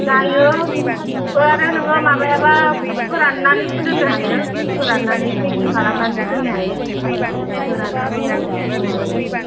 जायो आरो नोङो माबायाबा फोराननानै दोननो हायो फोराननानै पेकिं खालामनानैबो दोननो हायो गोरानआबो माबा जायो